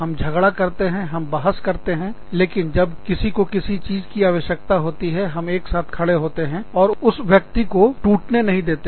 हम झगड़ा करते हैं हम बहस करते हैं लेकिन जब किसी को किसी चीज की आवश्यकता होती है हम एक साथ होते हैं और उसे व्यक्ति को टूटने नहीं देते